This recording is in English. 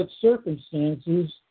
circumstances